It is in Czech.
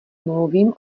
mluvím